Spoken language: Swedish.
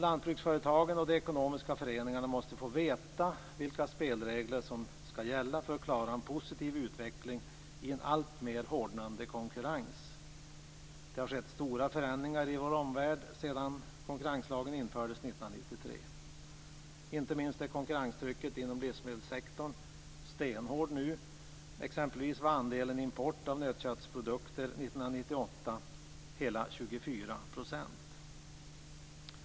Lantbruksföretagen och de ekonomiska föreningarna måste få veta vilka spelregler som skall gälla för att de skall klara en positiv utveckling i en alltmer hårdnande konkurrens. Det har skett stora förändringar i vår omvärld sedan konkurrenslagen infördes 1993. Inte minst är konkurrenstrycket inom livsmedelssektorn stenhårt nu. Exempelvis var andelen import av nötköttsprodukter 1998 hela 24 %.